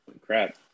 Crap